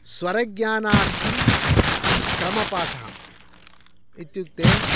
स्वरज्ञानार्थं क्रमपाठः इत्युक्ते